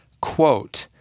quote